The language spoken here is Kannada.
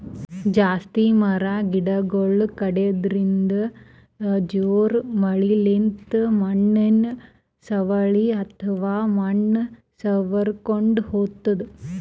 ಜಾಸ್ತಿ ಮರ ಗಿಡಗೊಳ್ ಕಡ್ಯದ್ರಿನ್ದ, ಜೋರ್ ಮಳಿಲಿಂತ್ ಮಣ್ಣಿನ್ ಸವಕಳಿ ಅಥವಾ ಮಣ್ಣ್ ಸವಕೊಂಡ್ ಹೊತದ್